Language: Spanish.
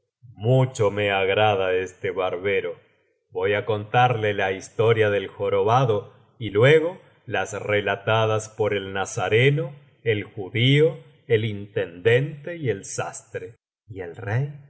mucho rae agrada este barbero voy á contarle la historia del jorobado y luego las relatadas por el nazareno el judío el intendente y el sastre y el rey